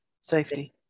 Safety